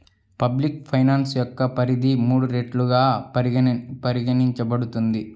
public finance యొక్క పరిధి మూడు రెట్లుగా పరిగణించబడుతుంది